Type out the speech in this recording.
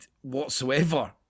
whatsoever